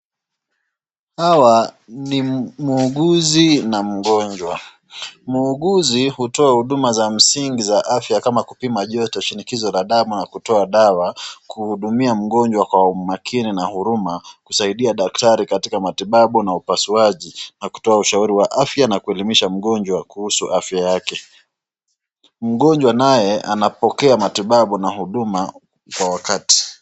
Hawa ni muuguzi na mgonjwa. Muuguzi hutoa huduma za msingi za afya kama kupima joto, shinikizo la damu ama kutoa dawa kuhudumia mgonjwa kwa makini na huruma kusaidia daktari katika matibabu na upasuaji na kutoa ushauri wa afya na kuelimisha mgonjwa kuhusu ugonjwa wake. Mgonjwa naye anapokea matibabu na huduma kwa wakati.